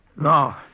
no